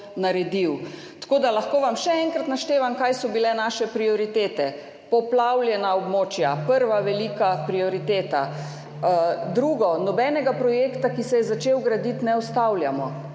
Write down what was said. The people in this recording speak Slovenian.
tako da vam lahko še enkrat naštevam, kaj so bile naše prioritete. Poplavljena območja, prva velika prioriteta. Druga, nobenega projekta, ki se je začel graditi, ne ustavljamo,